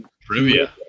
Trivia